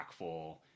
impactful